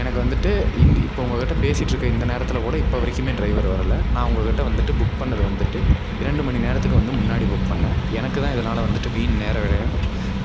எனக்கு வந்துட்டு இந் இப்போ உங்கள்கிட்ட பேசிட்டிருக்க இந்த நேரத்தில் கூட இப்போ வரைக்குமே டிரைவர் வரலை நான் உங்கள்கிட்ட வந்துட்டு புக் பண்ணிணது வந்துட்டு இரண்டு மணி நேரத்துக்கு வந்து முன்னாடி புக் பண்ணிணேன் எனக்குதான் இதனால் வந்துட்டு வீண் நேர விரயம்